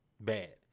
bad